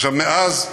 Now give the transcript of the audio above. מאז,